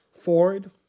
Ford